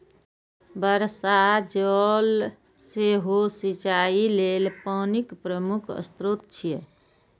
वर्षा जल सेहो सिंचाइ लेल पानिक प्रमुख स्रोत छियै